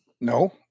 No